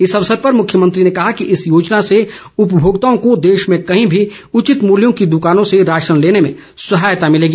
इस अवसर पर मुख्यमंत्री ने कहा कि इस योजना से उपभोक्ताओं को देश में कहीं भी उचित मूल्यों की दुकानों से राशन लेने में सहायता मिलेगी